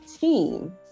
team